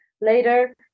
later